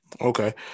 Okay